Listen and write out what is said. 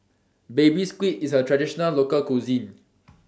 Baby Squid IS A Traditional Local Cuisine